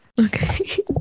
Okay